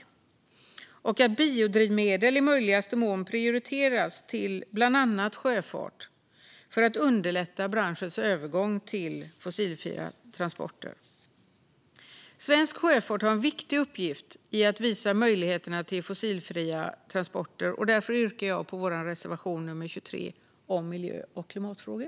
Dessutom bör biodrivmedel i möjligaste mån prioriteras till bland annat sjöfart för att underlätta branschens övergång till fossilfria transporter. Svensk sjöfart har en viktig uppgift i att visa möjligheterna till fossilfria transporter, och därför yrkar jag bifall till vår reservation nr 23 om miljö och klimatfrågor.